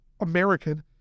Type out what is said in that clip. American